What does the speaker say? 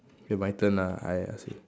K my turn ah I ask you